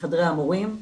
בחדרי המורים.